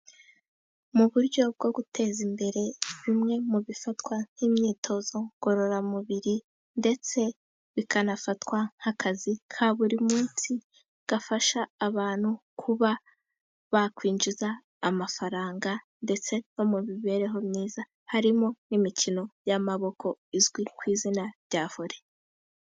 Mu buryo bwo guteza imbere bimwe mu bifatwa nk'imyitozo ngororamubiri ,ndetse bikanafatwa nk'akazi ka buri munsi gafasha abantu kuba bakwinjiza amafaranga ,ndetse no mu mibereho myiza harimo n'imikino y'amaboko izwi ku izina rya vole